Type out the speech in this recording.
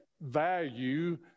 value